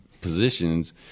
positions –